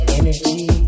energy